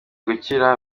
gukira